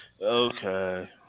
Okay